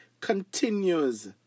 continues